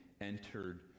entered